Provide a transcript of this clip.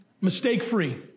Mistake-free